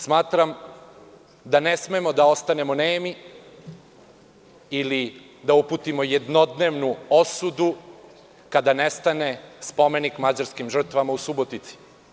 Smatram da ne treba da ostanemo nemi ili da uputimo jednodnevnu osudu kada nestane spomenik mađarskim žrtvama u Subotici.